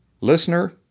Listener